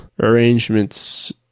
arrangements